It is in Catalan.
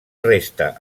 resta